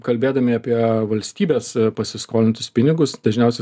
kalbėdami apie valstybės pasiskolintus pinigus dažniausia